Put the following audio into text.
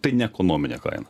tai neekonominė kaina